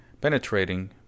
penetrating